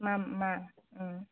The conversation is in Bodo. मा मा